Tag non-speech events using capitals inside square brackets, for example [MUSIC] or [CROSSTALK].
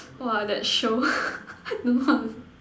!wah! that show [LAUGHS] don't know how to